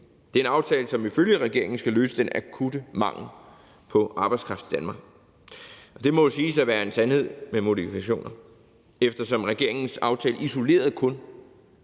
Det er en aftale, som ifølge regeringen skal løse den akutte mangel på arbejdskraft i Danmark. Og det må jo siges at være en sandhed med modifikationer, eftersom regeringens aftale isoleret kun